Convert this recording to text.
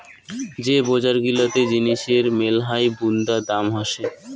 যে বজার গিলাতে জিনিসের মেলহাই বুন্দা দাম হসে